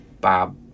Bob